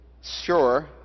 sure